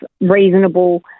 reasonable